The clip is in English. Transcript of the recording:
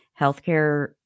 healthcare